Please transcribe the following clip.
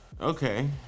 Okay